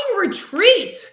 retreat